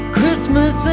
Christmas